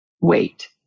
wait